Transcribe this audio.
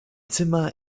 zimmer